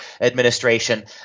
administration